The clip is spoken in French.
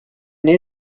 née